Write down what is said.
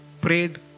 prayed